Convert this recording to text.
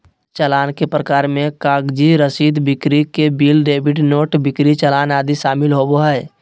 चालान के प्रकार मे कागजी रसीद, बिक्री के बिल, डेबिट नोट, बिक्री चालान आदि शामिल होबो हय